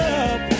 up